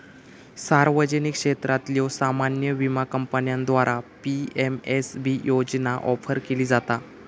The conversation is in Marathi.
सार्वजनिक क्षेत्रातल्यो सामान्य विमा कंपन्यांद्वारा पी.एम.एस.बी योजना ऑफर केली जाता